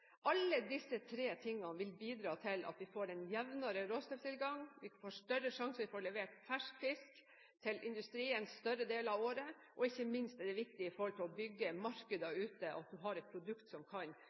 Alle disse tre tingene vil bidra til at vi får en jevnere råstofftilgang. Vi får større sjanse til å få levert fersk fisk til industrien en større del av året, og ikke minst er det viktig, når det gjelder å bygge